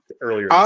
earlier